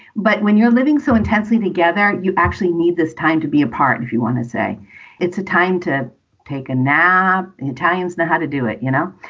but when you're living so intensely together, you actually need this time to be apart. if you want to say it's a time to take a nap. the italians know how to do it. you know,